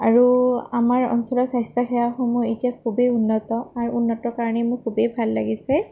আৰু আমাৰ অঞ্চলৰ স্বাস্থ্যসেৱাসমূহ এতিয়া খুবেই উন্নত আৰু উন্নত কাৰণে মোৰ খুবেই ভাল লাগিছে